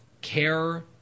CARE